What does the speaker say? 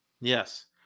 Yes